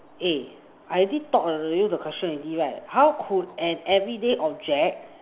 eh I already talked already the question already right how could an everyday object